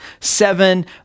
seven